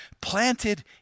planted